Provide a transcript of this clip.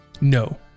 No